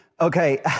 Okay